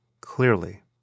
clearly